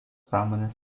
pramonės